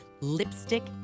Lipstick